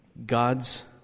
God's